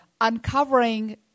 uncovering